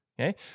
Okay